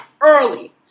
early